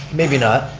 maybe not.